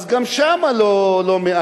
אז גם שם לא מאשרים.